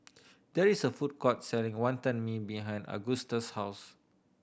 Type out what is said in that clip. there is a food court selling Wantan Mee behind Agusta's house